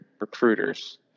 recruiters